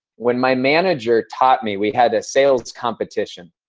when my manager taught me, we had a sales competition.